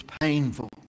painful